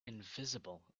invisible